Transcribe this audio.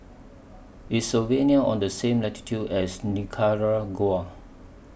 IS Slovenia on The same latitude as Nicaragua